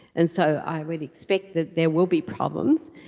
and so i would expect that there will be problems.